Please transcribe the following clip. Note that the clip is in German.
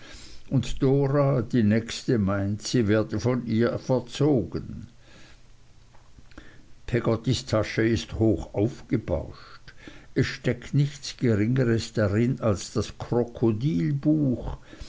und dora die nächste meint sie werde von ihr verzogen peggottys tasche ist hoch aufgebauscht es steckt nichts geringeres darin als das